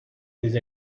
with